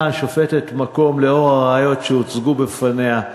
השופטת מצאה מקום, לאור הראיות שהוצגו בפניה,